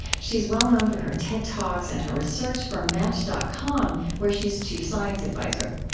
she's well-known for her ted talks and her research for match dot com, where she's chief science advisor.